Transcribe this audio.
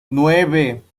nueve